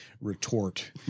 retort